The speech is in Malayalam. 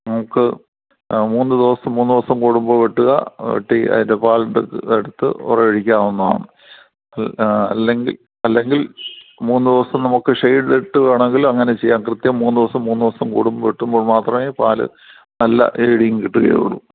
നമുക്ക് മൂന്ന് ദിവസം മൂന്ന് ദിവസം കൂടുമ്പോൾ വെട്ടുക വെട്ടി അതിന്റെ പാൽ എടുത്ത് ഉറ ഒഴിക്കാവുന്നതാണ് അല്ലെങ്കിൽ അല്ലെങ്കിൽ മൂന്നുദിവസം നമുക്ക് ഷേയ്ഡ് ഇട്ട് വേണമെങ്കിൽ അങ്ങനെ ചെയ്യാം കൃത്യം മൂന്ന് ദിവസം മൂന്ന് ദിവസം കൂടുമ്പോൾ വെട്ടുമ്പോൾ മാത്രമേ പാൽ നല്ല ഏയ്ഡിങ് കിട്ടുകയുള്ളൂ